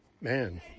man